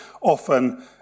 Often